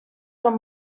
són